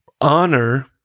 honor